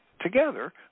together